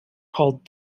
called